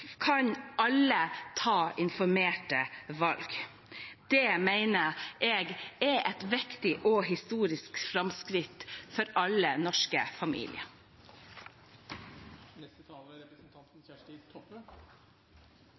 kan alle ta informerte valg. Det mener jeg er et viktig og historisk framskritt for alle norske familier. Det er